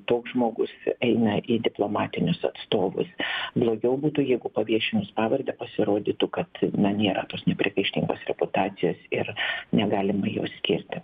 toks žmogus eina į diplomatinius atstovus blogiau būtų jeigu paviešinus pavardę pasirodytų kad na nėra tos nepriekaištingos reputacijos ir negalima jos skirti